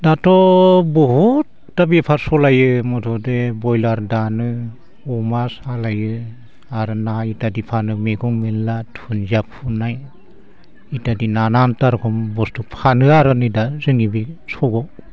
दाथ' बहुदथा बेफार सालायो मुथथे बयलार दानो अमा सालायो आरो ना इथ्यादि फानो मैगं मेनला थुनजा फुनाय इथ्यादि नानानथा रोखोम बस्तु फानो आरो नै दा जोंनि बे सगाव